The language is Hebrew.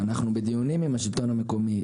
אנחנו נמצאים בדיונים עם השלטון המקומי,